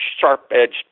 sharp-edged